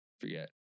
forget